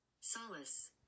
Solace